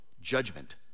judgment